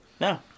No